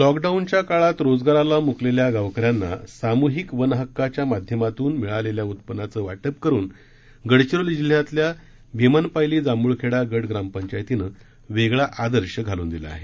लॉकडाऊनच्या काळात रोजगाराला म्कलेल्या गावकऱ्याना साम्हिक वनहक्काच्या माध्यमातून मिळालेल्या उत्पन्नाचं वाटप करुन गडचिरोली जिल्ह्यातल्या भिमनपायली जांभ्ळखेडा गटग्रामपंचायतीने वेगळा आदर्श घालून दिला आहे